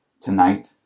tonight